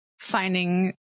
finding